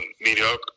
mediocre